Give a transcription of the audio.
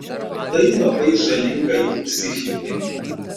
tai labai žalinga jų psichikai